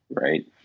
Right